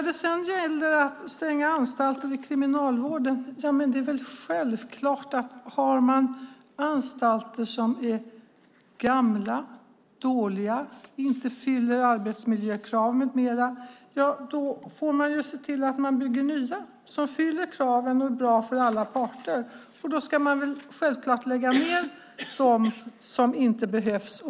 Beträffande stängning av anstalter vid Kriminalvården är det självklart att om man har anstalter som är gamla, dåliga, inte fyller arbetsmiljökrav med mera får man se till att bygga nya som fyller kraven och är bra för alla parter. Då ska man givetvis lägga ned de som inte behövs.